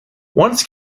once